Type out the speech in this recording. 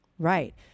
Right